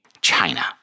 China